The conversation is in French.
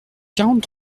quarante